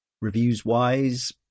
Reviews-wise